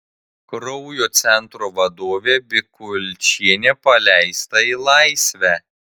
kraujo centro vadovė bikulčienė paleista į laisvę